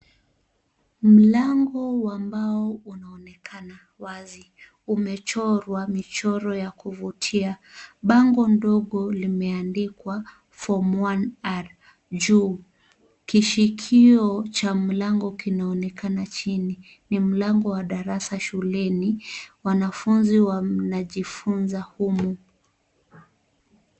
Mlango wa mbao unaonekana wazi umechorwa michoro ya kuvutia. Bango ndogo limeandikwa form 1R juu, kishikio cha mlango kinaonekana chini ni mlango wa darasa shuleni wanafunzi wanajifunza humu.